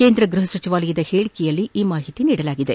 ಕೇಂದ್ರ ಗೃಹ ಸಚಿವಾಲಯದ ಹೇಳಿಕೆಯಲ್ಲಿ ಈ ಮಾಹಿತಿ ನೀಡಲಾಗಿದೆ